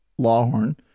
Lawhorn